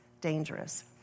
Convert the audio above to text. dangerous